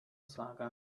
saga